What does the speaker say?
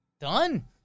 Done